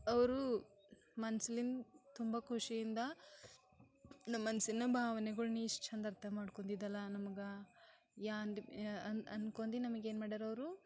ಅವರು ಮನ್ಸ್ಲಿನ ತುಂಬ ಖುಷಿಯಿಂದ ನಮ್ಮ ಮನ್ಸಿನ ಭಾವನೆಗಳ್ನ ಇಷ್ಟು ಚಂದ ಅರ್ಥ ಮಾಡ್ಕೊಂಡಿದಲ್ಲ ನಮಗೆ ಯಾ ಅಂದು ಅಂದ್ಕೊಂಡಿ ನಮಗ್ ಏನು ಮಾಡ್ಯಾರ ಅವರು